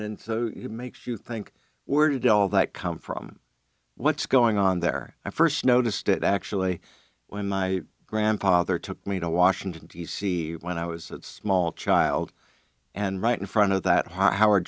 and makes you think were did all that come from what's going on there i first noticed it actually when my grandfather took me to washington d c when i was a small child and right in front of that h